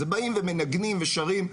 באים ומנגנים ושרים.